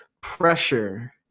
Pressure